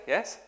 Yes